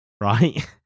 Right